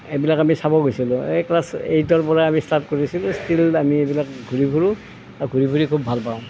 এইবিলাক আমি চাব গৈছিলোঁ এই ক্লাছ এইটৰ পৰা আমি ষ্টাৰ্ট কৰিছিলোঁ ষ্টিল আমি এইবিলাক ঘূৰি ফুৰোঁ ঘূৰি ফুৰি খুব ভাল পাওঁ